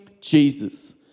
Jesus